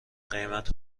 قیمت